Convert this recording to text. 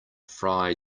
fry